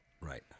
Right